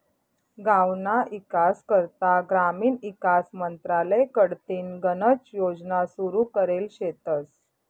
गावना ईकास करता ग्रामीण ईकास मंत्रालय कडथीन गनच योजना सुरू करेल शेतस